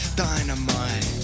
dynamite